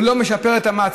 הם לא משפרים את מצבם.